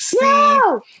No